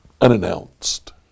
unannounced